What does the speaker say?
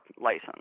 license